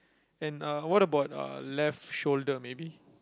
and uh what about uh left shoulder maybe